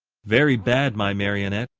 very bad, my marionette,